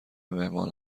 مهمان